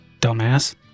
Dumbass